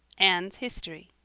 anne's history